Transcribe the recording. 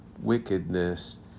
wickedness